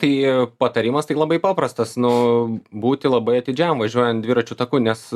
tai patarimas tai labai paprastas nu būti labai atidžiam važiuojant dviračių taku nes